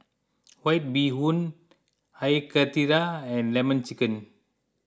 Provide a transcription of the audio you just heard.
White Bee Hoon Air Karthira and Lemon Chicken